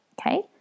Okay